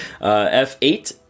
f8